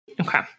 Okay